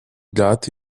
got